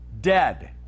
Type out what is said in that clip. Dead